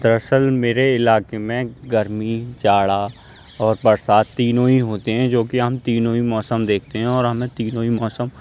دراصل میرے علاقے میں گرمی جاڑا اور برسات تینوں ہی ہوتے ہیں جو کہ ہم تینوں ہی موسم دیکھتے ہیں اور ہمیں تینوں ہی موسم